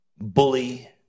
bully